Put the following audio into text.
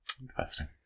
Interesting